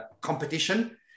competition